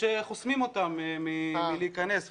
שחוסמים אותם מלהיכנס.